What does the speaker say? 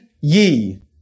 ye